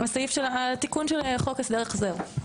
התיקון של חוק הסדר החזר.